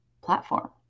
platform